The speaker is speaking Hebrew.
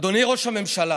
אדוני ראש הממשלה,